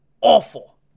Awful